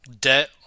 debt